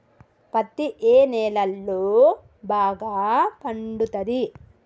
పత్తి ఏ నేలల్లో బాగా పండుతది?